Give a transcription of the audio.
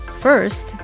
First